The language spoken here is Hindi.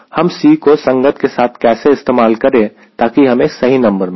हम C को संगत के साथ कैसे इस्तेमाल करें ताकि हमें सही नंबर मिले